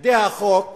מתנגדי החוק